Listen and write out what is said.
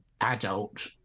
adult